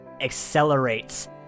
accelerates